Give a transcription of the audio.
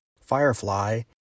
Firefly